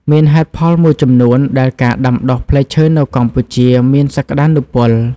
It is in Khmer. មានហេតុផលមួយចំនួនដែលការដាំដុះផ្លែឈើនៅកម្ពុជាមានសក្តានុពល។